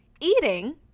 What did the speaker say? eating